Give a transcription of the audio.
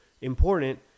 important